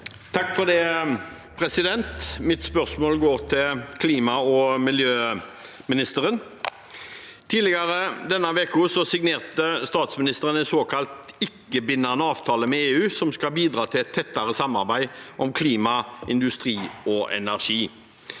(FrP) Mitt spørsmål går til klima- og miljøministeren. Tidligere denne uken signerte statsministeren en såkalt ikke-bindende avtale med EU som skal bidra til et tettere samarbeid om klima, industri og energi.